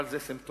אבל זה סימפטום.